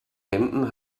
händen